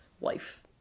life